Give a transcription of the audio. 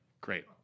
great